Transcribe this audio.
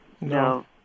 No